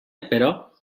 però